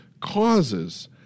causes